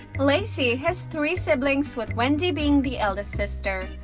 lacey has three siblings with wendy being the eldest sister.